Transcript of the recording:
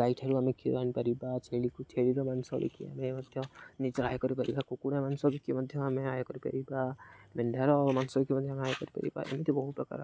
ଗାଈଠାରୁ ଆମେ କ୍ଷୀର ଆଣିପାରିବା ଛେଳିକୁ ଛେଳିର ମାଂସ ବିକି ଆମେ ମଧ୍ୟ ନିଜର ଆୟ କରିପାରିବା କୁକୁଡ଼ା ମାଂସ ବିକି ମଧ୍ୟ ଆମେ ଆୟ କରିପାରିବା ମେଣ୍ଢାର ମାଂସ ବିକି ମଧ୍ୟ ଆମେ ଆୟ କରିପାରିବା ଏମିତି ବହୁତ ପ୍ରକାର